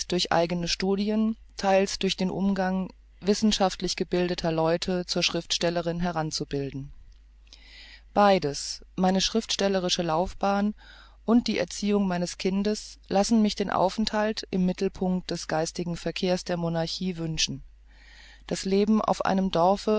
durch eigene studien theils durch den umgang wissenschaftlich gebildeter leute zur schriftstellerin heran zu bilden beides meine schriftstellerische laufbahn und die erziehung meines kindes ließ mich den aufenthalt im mittelpunkte des geistigen verkehrs der monarchie wünschen das leben auf einem dorfe